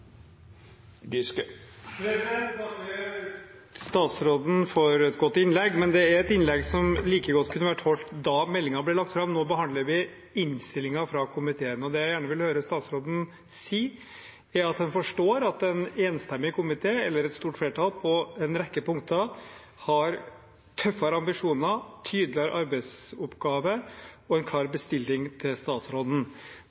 et godt innlegg, men det er et innlegg som like godt kunne vært holdt da meldingen ble lagt fram. Nå behandler vi innstillingen fra komiteen. Det jeg gjerne ville høre statsråden si, er at han forstår at en enstemmig komité, eller et stort flertall, på en rekke punkter har tøffere ambisjoner, tydeligere arbeidsoppgaver og en klar